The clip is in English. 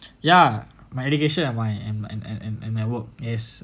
ya my education I am I and and and and network is